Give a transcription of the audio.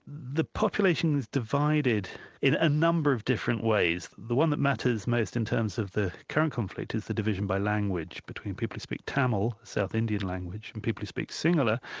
the population's divided in a number of different ways. the one that matters most in terms of the current conflict is the division by language between people who speak tamil, a south indian language, and people who speak sinhala,